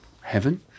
heaven